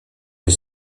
les